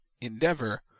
Endeavor